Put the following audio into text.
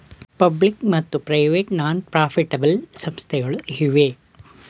public ಮತ್ತು private non profitable ಸಂಸ್ಥೆಗಳು ಇವೆ